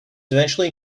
eventually